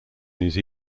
these